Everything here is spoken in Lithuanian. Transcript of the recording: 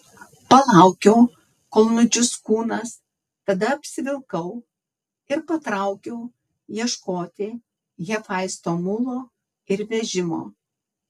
palaukiau kol nudžius kūnas tada apsivilkau ir patraukiau ieškoti hefaisto mulo ir vežimo